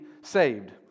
saved